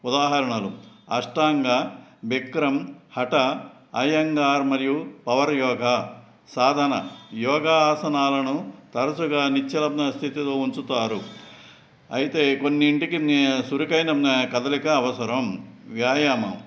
ఉదాహరణలు అష్టాంగ విక్రమ్ హఠా అయ్యంగార్ మరియు పవర్ యోగా సాధన యోగా ఆసనాలను తరచుగా నిశ్చలత్వ స్థితిలో ఉంచుతారు అయితే కొన్నింటికి చురుకైన కదలిక అవసరం వ్యాయామం